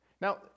Now